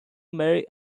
marry